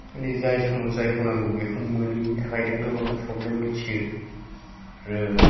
माने जाय समाव जायखौ नांगौ बेखौ मोनैनि थाखायनो गोबां प्रब्लेम उथियो आरो